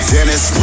Dennis